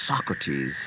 Socrates